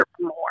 more